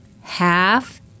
half